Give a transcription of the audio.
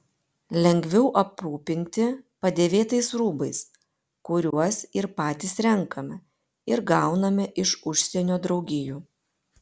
lengviau aprūpinti padėvėtais rūbais kuriuos ir patys renkame ir gauname iš užsienio draugijų